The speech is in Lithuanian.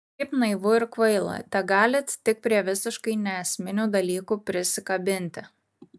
kaip naivu ir kvaila tegalit tik prie visiškai neesminių dalykų prisikabinti